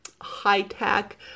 high-tech